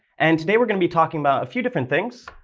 and today we're gonna be talking about a few different things.